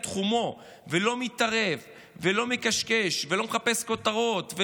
תחומו ולא מתערב ולא מקשקש ולא מחפש כותרות,